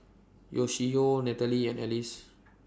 Yoshio Nathalie and Alice